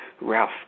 Ralph